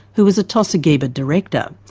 who was a tosigiba director.